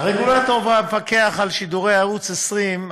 הרגולטור המפקח על שידורי ערוץ 20,